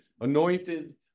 Anointed